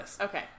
Okay